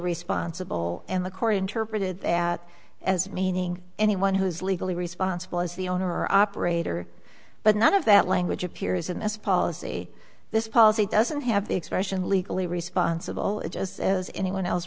responsible and the korean turgid that as meaning anyone who is legally responsible as the owner operator but none of that language appears in this policy this policy doesn't have the expression legally responsible it just as anyone else